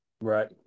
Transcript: Right